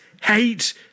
Hate